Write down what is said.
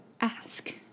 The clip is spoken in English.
ask